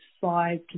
five